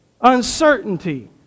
Uncertainty